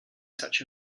such